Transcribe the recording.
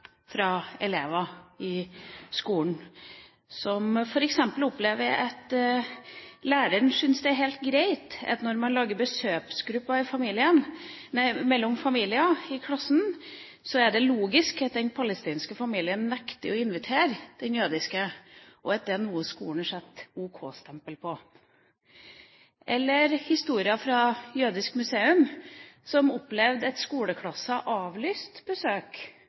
fra elever i skolen som f.eks. opplever at læreren syns det er helt greit og logisk, når man lager besøksgrupper mellom familier i klassen, at den palestinske familien nekter å invitere den jødiske, og at det er noe skolen setter et ok-stempel på. Eller historier fra Jødisk Museum, som opplevde at skoleklasser avlyste besøk under krigen i Gaza, fordi de ikke regnet det som logisk å besøke et